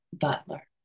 Butler